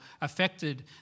affected